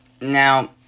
now